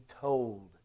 told